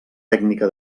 tècnica